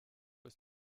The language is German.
ist